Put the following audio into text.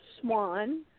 swan